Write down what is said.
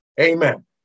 Amen